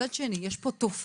מצד שני, יש פה תופעה.